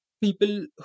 people